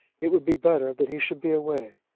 it would be better that he should be away.